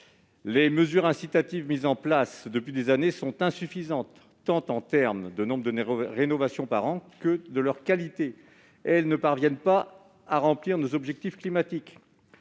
Les mesures incitatives mises en place depuis des années sont insuffisantes en termes de nombres de rénovations réalisées par an et de qualité. Elles ne nous permettent pas de remplir nos objectifs climatiques.